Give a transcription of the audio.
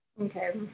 Okay